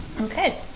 Okay